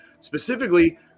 Specifically